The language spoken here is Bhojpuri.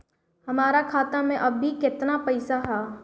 हमार खाता मे अबही केतना पैसा ह?